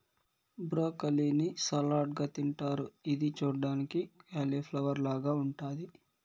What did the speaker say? broccoli ని salad గా తింటారు ఇది చూడ్డానికి కాలిఫ్లవర్ లాగ ఉంటాది